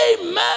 Amen